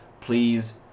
please